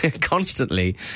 constantly